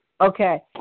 Okay